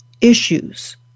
issues